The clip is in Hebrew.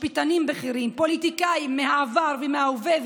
משפטנים בכירים ופוליטיקאים מהעבר ומהווה,